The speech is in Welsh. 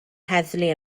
heddlu